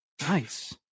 nice